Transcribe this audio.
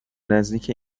نزدیک